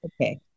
okay